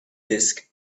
disk